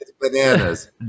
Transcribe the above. bananas